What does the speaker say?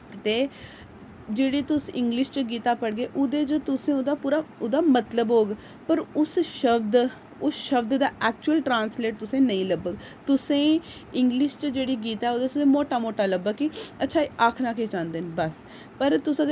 ते जेह्ड़ी तुस इंग्लिश च गीता पढ़गे ओह्दे च तुस ओह्दा पूरा ओह्दा मतलब होग पर उस शब्द उस शब्द दा ऐक्चुअल ट्रांस्लेट तुसें ई नेईं लब्भग तुसें ई इंग्लिश च जेह्ड़ी गीता ऐ ओह्दे च मोटा मोटा लब्भग कि अच्छा एह् आखना केह् चांह्दे न बस पर तुस अगर